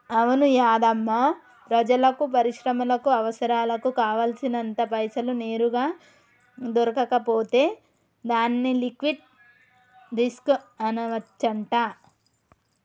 అవును యాధమ్మా ప్రజలకు పరిశ్రమలకు అవసరాలకు కావాల్సినంత పైసలు నేరుగా దొరకకపోతే దాన్ని లిక్విటీ రిస్క్ అనవచ్చంట